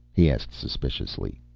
he asked suspiciously.